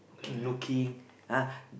keep looking ah